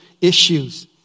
issues